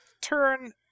turn